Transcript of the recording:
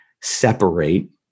separate